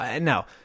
now